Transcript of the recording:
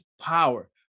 power